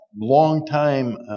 long-time